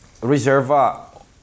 Reserva